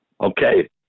Okay